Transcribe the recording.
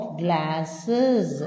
glasses